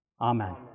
Amen